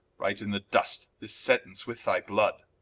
write in the dust this sentence with thy blood,